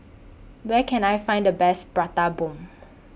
Where Can I Find The Best Prata Bomb